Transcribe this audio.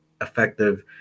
effective